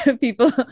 people